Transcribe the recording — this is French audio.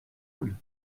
boule